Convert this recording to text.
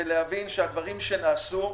ולהבין שהדברים שנעשו,